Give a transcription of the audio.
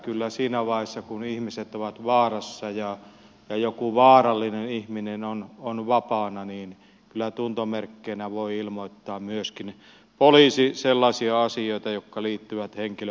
kyllä siinä vaiheessa kun ihmiset ovat vaarassa ja joku vaarallinen ihminen on vapaana niin tuntomerkkeinä voi ilmoittaa myöskin poliisi sellaisia asioita jotka liittyvät henkilön ulkonäköön